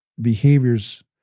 behaviors